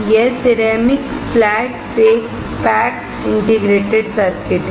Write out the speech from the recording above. यह ceramic flat pack integrated circuit है